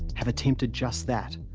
have attempted just that,